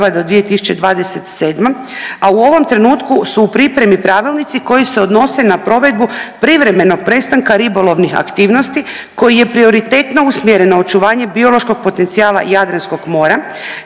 do 2027., a u ovom trenutku su u pripremi pravilnici koji se odnose na provedbu privremenog prestanka ribolovnih aktivnosti koji je prioritetno usmjeren na očuvanje biološkog potencijala Jadranskog mora,